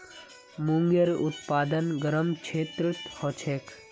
मूंगेर उत्पादन गरम क्षेत्रत ह छेक